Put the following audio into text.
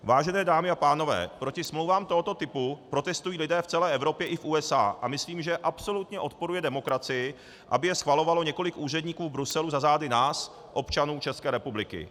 Vážené dámy a pánové, proti smlouvám tohoto typu protestují lidé v celé Evropě i v USA a myslím, že absolutně odporuje demokracii, aby je schvalovalo několik úředníků v Bruselu za zády nás, občanů České republiky.